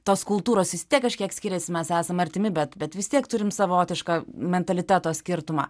tos kultūros vis tiek kažkiek skiriasi mes esam artimi bet bet vis tiek turim savotišką mentaliteto skirtumą